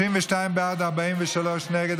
32 בעד, 43 נגד.